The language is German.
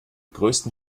größten